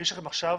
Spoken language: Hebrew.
יש לכם עכשיו